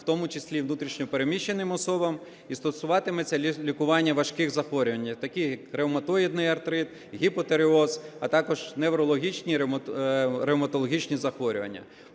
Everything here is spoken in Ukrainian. в тому числі внутрішньо переміщеним особам, і стосуватиметься лікування важких захворювань, таких як ревматоїдний артрит, гіпотиреоз, а також неврологічні, ревматологічні захворювання.